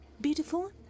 beautiful